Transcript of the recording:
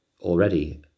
already